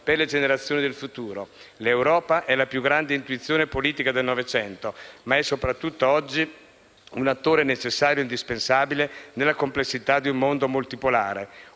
per le generazioni del futuro. L'Europa è la più grande intuizione politica del Novecento, ma oggi è soprattutto un attore necessario e indispensabile nella complessità di un mondo multipolare,